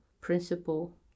principle